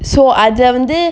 so அதல வந்து:athula vanthu